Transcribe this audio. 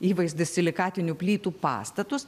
įvaizdis silikatinių plytų pastatus